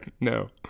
no